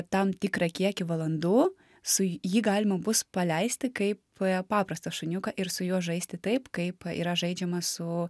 tam tikrą kiekį valandų su jį galima bus paleisti kaip paprastą šuniuką ir su juo žaisti taip kaip yra žaidžiama su